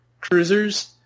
cruisers